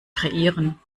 kreieren